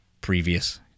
previous